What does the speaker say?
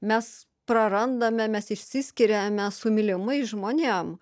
mes prarandame mes išsiskiriame su mylimais žmonėm